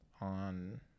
on